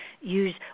use